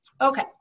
Okay